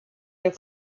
your